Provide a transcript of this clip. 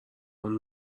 چون